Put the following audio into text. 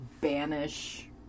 banish